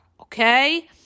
okay